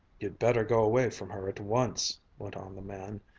you'd better go away from her at once, went on the man,